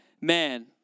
man